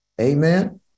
Amen